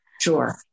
sure